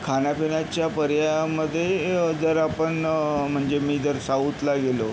खाण्या पिण्याच्या पर्यायामध्ये जर आपण म्हणजे मी जर साऊथला गेलो